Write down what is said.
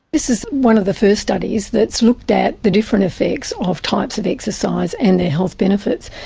this is one of the first studies that's looked at the different effects of types of exercise and their health benefits.